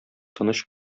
тыныч